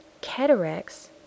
cataracts